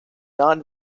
non